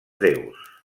déus